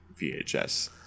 VHS